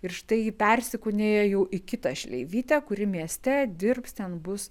ir štai ji persikūnija jau į kitą šleivytę kuri mieste dirbs ten bus